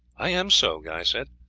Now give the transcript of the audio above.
i am so, guy said.